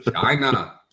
China